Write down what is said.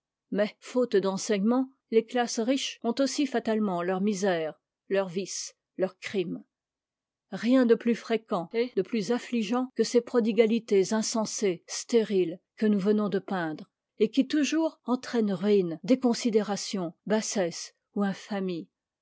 mais faute d'enseignements les classes riches ont aussi fatalement leurs misères leurs vices leurs crimes rien de plus fréquent et de plus affligeant que ces prodigalités insensées stériles que nous venons de peindre et qui toujours entraînent ruine déconsidération bassesse ou infamie